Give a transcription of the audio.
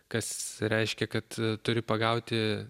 kas reiškia kad turi pagauti